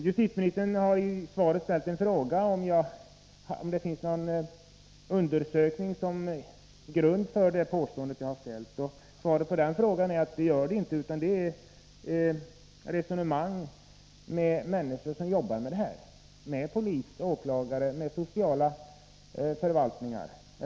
Justitieministern har i sitt svar ställt en fråga, om det finns någon undersökning som grund för påståendet från min sida att lagstiftningen om straff för narkotikabrott tolkas olika av polis, åklagare och domstolar på skilda orter. Svaret på den frågan är att någon sådan undersökning inte finns. Påståendet grundar sig på resonemang med människor som jobbar med detta —- vid polisoch åklagarmyndigheter och sociala förvaltningar.